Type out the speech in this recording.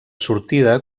sortida